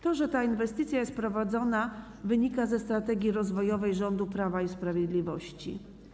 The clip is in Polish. To, że ta inwestycja jest prowadzona, wynika ze strategii rozwojowej rządu Prawa i Sprawiedliwości.